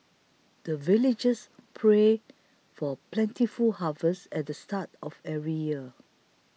the villagers pray for plentiful harvest at the start of every year